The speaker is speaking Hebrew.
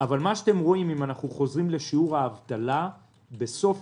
אבל אם אנחנו חוזרים לשיעור האבטלה בסוף